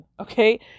okay